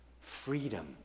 Freedom